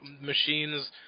machines